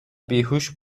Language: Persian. بیهوش